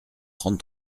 trente